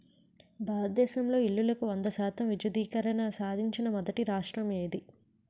భారతదేశంలో ఇల్లులకు వంద శాతం విద్యుద్దీకరణ సాధించిన మొదటి రాష్ట్రం ఏది?